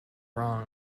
wrong